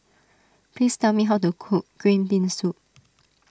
please tell me how to cook Green Bean Soup